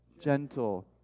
gentle